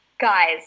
Guys